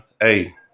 hey